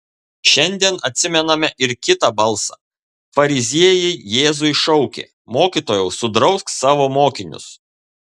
šiandien atsimename ir kitą balsą fariziejai jėzui šaukė mokytojau sudrausk savo mokinius